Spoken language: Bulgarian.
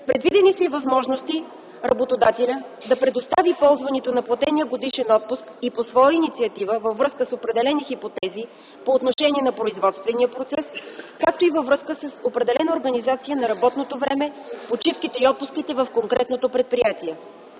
Предвидени са и възможности работодателят да предостави ползването на платения годишен отпуск и по своя инициатива във връзка с определени хипотези по отношение на производствения процес, както и във връзка с определена организация на работното време, почивките и отпуските в конкретното предприятие.